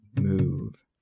move